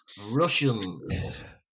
Russians